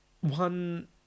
one